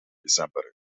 december